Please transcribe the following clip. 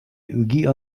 үги